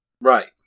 right